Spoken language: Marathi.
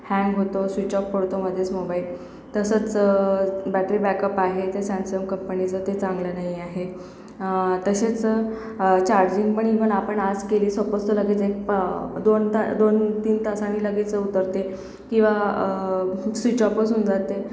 हँग होतो स्विच ऑप पडतो मधेच मोबाईल तसंच बॅटरी बॅकअप आहे ते सॅमसंग कंपनीचं ते चांगलं नाही आहे तसेच चार्जिंग पण इव्हन आपण आज केली सपोझ तो लगेच एक पा दोन ता दोन तीन तासानी लगेच उतरते किंवा स्विच ऑपच होऊन जाते